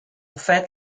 fait